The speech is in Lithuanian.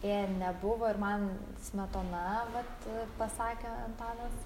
ė nebuvo ir man smetona vat pasakė antanas